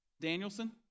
Danielson